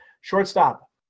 Shortstop